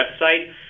website